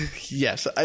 Yes